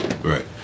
Right